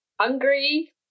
hungry